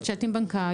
יש צ'ט עם בנקאי,